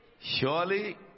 Surely